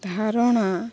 ଧାରଣା